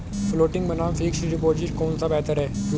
Floating बनाम fixed rate term deposit कौन सा बेहतर है?